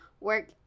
work